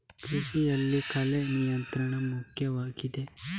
ಕೃಷಿಯಲ್ಲಿ ಕಳೆ ನಿಯಂತ್ರಣ ಮುಖ್ಯವಾಗಿದೆ